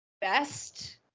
best